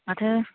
माथो